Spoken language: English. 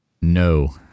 No